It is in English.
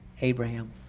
Abraham